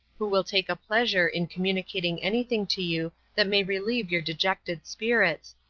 who will take a pleasure in communicating anything to you that may relieve your dejected spirits,